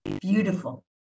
beautiful